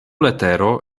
letero